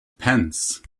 pence